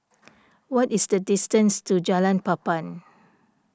what is the distance to Jalan Papan